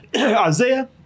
isaiah